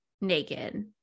naked